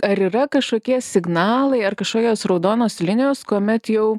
ar yra kažkokie signalai ar kažkokios raudonos linijos kuomet jau